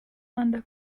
manda